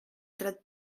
tret